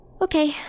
Okay